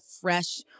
fresh